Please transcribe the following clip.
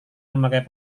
memakai